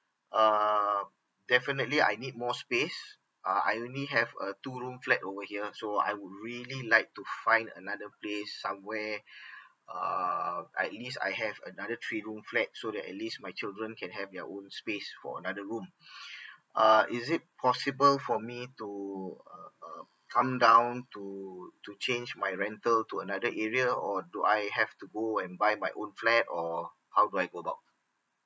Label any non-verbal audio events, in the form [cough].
uh definitely I need more space uh I only have a two room flat over here so I would really like to find another place somewhere uh at least I have another three room flat so that at least my children can have their own space for another room [breath] uh is it possible for me to uh uh come down to to change my rental to another area or do I have to go and buy my own flat or how do I go about